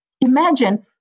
Imagine